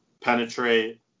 penetrate